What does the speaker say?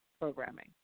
programming